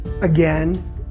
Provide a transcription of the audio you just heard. again